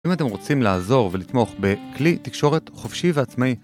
אם אתם רוצים לעזור ולתמוך בכלי תקשורת חופשי ועצמאי